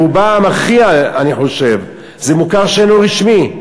ברובה המכריע אני חושב זה מוכר אינו רשמי.